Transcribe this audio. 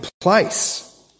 place